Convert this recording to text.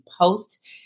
post